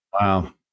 Wow